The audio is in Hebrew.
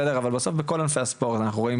אבל בסוף בכל ענפי הספורט אנחנו רואים